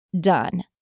Done